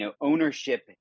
ownership